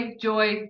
joy